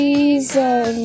Reason